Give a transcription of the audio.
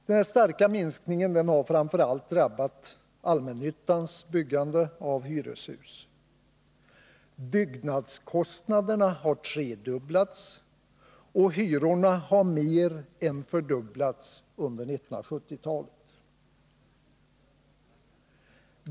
Den starka minskningen har framför allt drabbat allmännyttans byggande av hyreshus. Byggnadskostnaderna har tredubblats, och hyrorna har mer än fördubblats under 1970-talet.